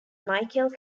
michael